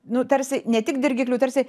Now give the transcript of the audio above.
nu tarsi ne tik dirgikliu tarsi